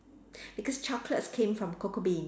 because chocolates came from cocoa bean